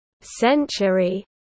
century